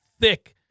thick